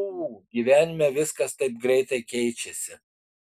ū gyvenime viskas taip greitai keičiasi